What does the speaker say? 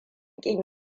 kin